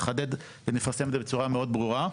נחדד ונפרסם את זה בצורה מאוד ברורה.